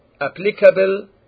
applicable